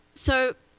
so